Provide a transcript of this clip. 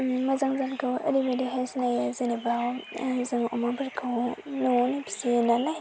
मोजां जागोनखौ ओरैबायदिहाय सिनायो जेनबा जों अ'माफोरखौ नआवनो फियो नालाय